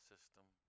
system